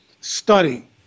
study